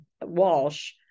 Walsh